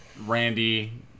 Randy